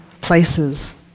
places